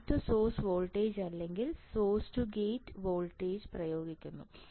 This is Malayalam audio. ഗേറ്റ് ടു സോഴ്സ് വോൾട്ടേജ് അല്ലെങ്കിൽ സോഴ്സ് ടു ഗേറ്റ് വോൾട്ടേജ് പ്രയോഗിക്കുന്നു